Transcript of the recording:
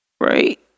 right